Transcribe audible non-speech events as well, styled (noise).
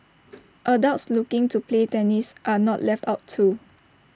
(noise) adults looking to play tennis are not left out too